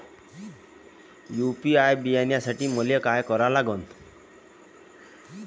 UPI बनवासाठी मले काय करा लागन?